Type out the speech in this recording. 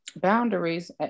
Boundaries